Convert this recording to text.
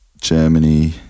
Germany